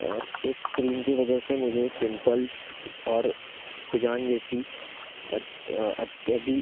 और उस क्रीम की वजह से मुझे पिंपल्स और खुजान जैसी उत्पत्ति